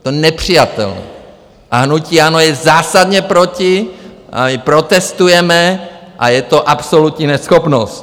To je nepřijatelné, hnutí ANO je zásadně proti a protestujeme, je to absolutní neschopnost.